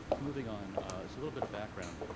moving on is a little bit of background.